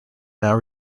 now